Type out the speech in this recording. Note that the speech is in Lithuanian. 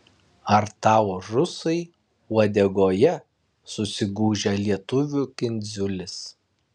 ar tau rusai uodegoje susigūžia lietuvių kindziulis